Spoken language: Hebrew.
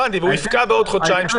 הבנתי, והוא יפקע בעוד חודשיים-שלושה.